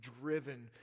driven